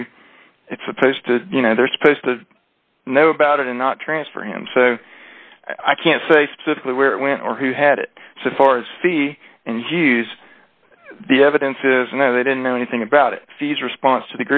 it's supposed to you know they're supposed to know about it and not transfer him so i can't say specifically where it went or who had it so far as he and use the evidence is no they didn't know anything about it fees response to